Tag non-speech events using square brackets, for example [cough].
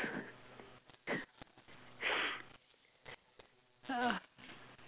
[laughs]